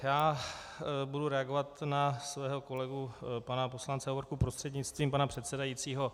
Já budu reagovat na svého kolegu pana poslance Hovorku prostřednictvím pana předsedajícího.